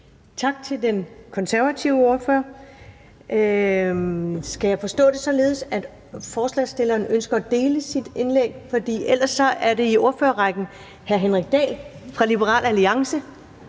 Tak til den konservative ordfører. Skal jeg forstå det således, at ordføreren for forslagsstillerne ønsker at dele sit indlæg? For ellers er det i ordførerrækken hr. Henrik Dahl fra Liberal Alliance,